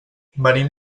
venim